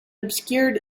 obscured